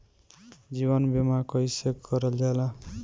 जीवन बीमा कईसे करल जाला?